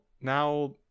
now